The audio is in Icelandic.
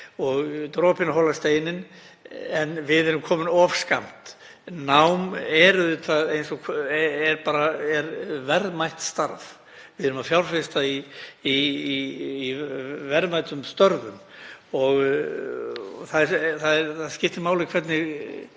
dag. Dropinn holar steininn, en við erum komin of skammt. Nám er auðvitað verðmætt starf. Við þurfum að fjárfesta í verðmætum störfum. Það skiptir máli hvernig